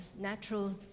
natural